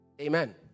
Amen